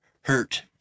hurt